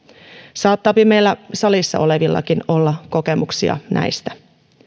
saattaapa meillä salissa olevillakin olla kokemuksia näistä